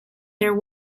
there